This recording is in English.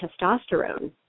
testosterone